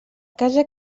casa